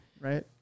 right